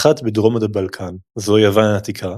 האחת בדרום הבלקן, זו יוון העתיקה